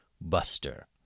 Buster